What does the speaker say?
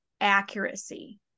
accuracy